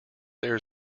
there